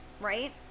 right